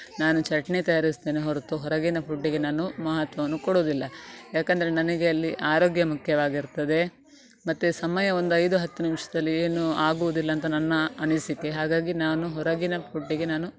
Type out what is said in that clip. ನಾನು ಚಟ್ನಿ ತಯಾರಿಸ್ತೇನೆ ಹೊರತು ಹೊರಗಿನ ಫುಡ್ಡಿಗೆ ನಾನು ಮಹತ್ವವನ್ನು ಕೊಡುವುದಿಲ್ಲ ಏಕಂದ್ರೆ ನನಗೆ ಅಲ್ಲಿ ಆರೋಗ್ಯ ಮುಖ್ಯವಾಗಿರ್ತದೆ ಮತ್ತು ಸಮಯ ಒಂದು ಐದು ಹತ್ತು ನಿಮಿಷದಲ್ಲಿ ಏನೂ ಆಗುವುದಿಲ್ಲ ಅಂತ ನನ್ನ ಅನಿಸಿಕೆ ಹಾಗಾಗಿ ನಾನು ಹೊರಗಿನ ಫುಡ್ಡಿಗೆ ನಾನು